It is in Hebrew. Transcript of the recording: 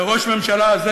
וראש הממשלה הזה,